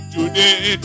Today